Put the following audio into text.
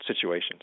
situations